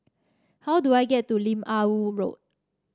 how do I get to Lim Ah Woo Road